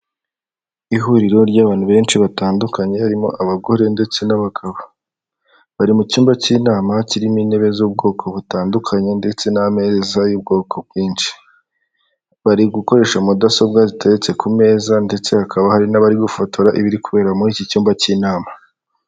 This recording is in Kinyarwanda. Ihuriro ry'abantu benshi batandukanye harimo abagore ndetse n'abagabo, bari mu cyumba cy'inama kirimo intebe z'ubwoko butandukanye ndetse n'ameza y'ubwoko bwinshi, bari gukoresha mudasobwa ziteretse ku meza ndetse hakaba hari n'abari gufotora ibiri kubera muri iki cyumba cy'inama.